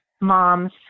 moms